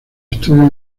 estudios